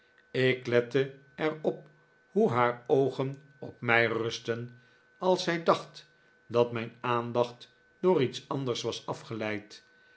ik lette er op hoe haar oogen op mij rustten als zij dacht dat mijn aandacht door iets anders was afgeleid